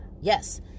Yes